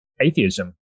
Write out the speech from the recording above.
atheism